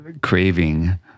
craving